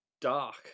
dark